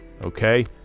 Okay